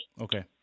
okay